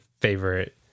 favorite